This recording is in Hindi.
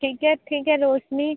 ठीक है ठीक है रौशनी